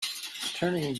turning